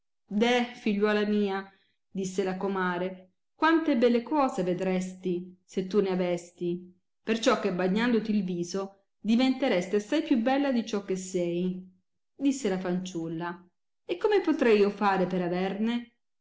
deh figliuola mia disse la comare quante belle cose vedresti se tu ne avesti perciò che bagnandoti il viso diventeresti assai più bella di ciò che sei disse la fanciulla e come potrei io fare per averne